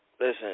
listen